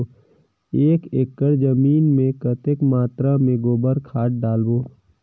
एक एकड़ जमीन मे कतेक मात्रा मे गोबर खाद डालबो?